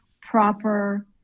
proper